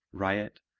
riot,